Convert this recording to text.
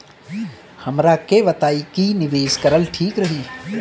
हमरा के बताई की निवेश करल ठीक रही?